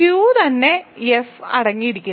Q തന്നെ F അടങ്ങിയിരിക്കുന്നു